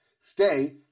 stay